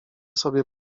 sobie